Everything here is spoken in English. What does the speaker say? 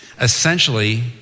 essentially